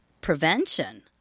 prevention